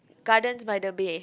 Gardens by the bay